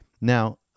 Now